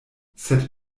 sed